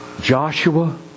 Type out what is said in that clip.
Joshua